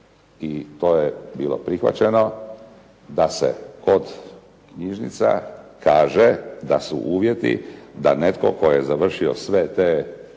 i to je bilo prihvaćeno da se od knjižnica traže da su uvjeti da netko tko je završio sve te